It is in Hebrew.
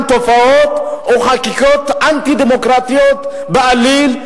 תופעות או חקיקות אנטי-דמוקרטיות בעליל,